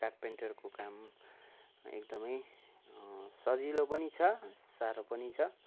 कार्पेन्टरको काम एकदमै सजिलो पनि छ साह्रो पनि छ